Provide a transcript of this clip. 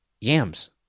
Yams